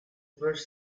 first